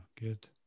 Good